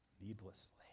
needlessly